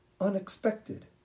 unexpected